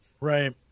Right